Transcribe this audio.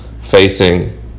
facing